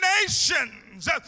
nations